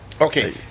Okay